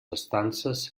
estances